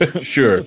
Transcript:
Sure